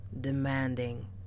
demanding